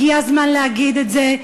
הגיע הזמן להגיד את זה.